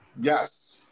Yes